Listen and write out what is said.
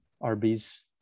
Arby's